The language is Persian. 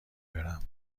برم